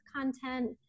content